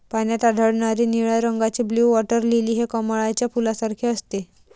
पाण्यात आढळणारे निळ्या रंगाचे ब्लू वॉटर लिली हे कमळाच्या फुलासारखे असते